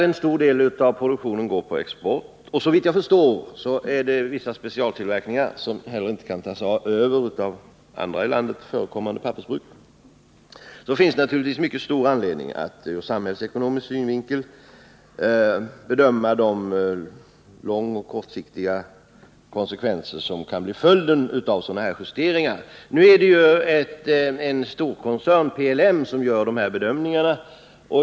En stor del av produktionen går dessutom på export. Såvitt jag förstår finns det där även vissa specialtillverkningar, som inte kan övertas av andra i landet förekommande pappersbruk. Därför är det naturligtvis ur samhällsekonomisk synpunkt mycket stor anledning att noga bedöma de långoch kortsiktiga konsekvenser som kan bli följden av sådana justeringar. Nu är det en storkoncern, PLM, som gör bedömningarna.